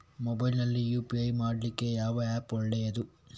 Mobile ನಲ್ಲಿ UPI ಮಾಡ್ಲಿಕ್ಕೆ ಯಾವ ಆ್ಯಪ್ ಒಳ್ಳೇದು?